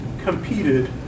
competed